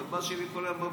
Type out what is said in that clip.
הכלבה שלי כל היום בבית.